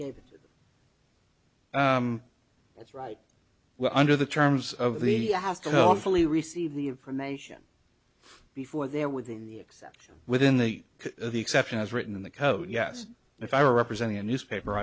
gave it that's right well under the terms of the asco i'm fully receive the information before they're within the except within the the exception as written in the code yes if i were representing a newspaper